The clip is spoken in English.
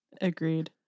Agreed